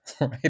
right